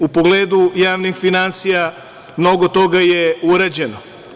U pogledu javnih finansija mnogo toga je urađeno.